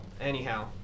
Anyhow